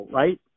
right